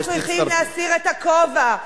אנחנו צריכים להסיר את הכובע,